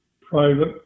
private